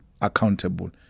accountable